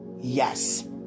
Yes